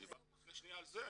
דיברתי לפני שניה על זה,